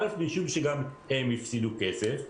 א', משום שגם הם הפסידו כסף,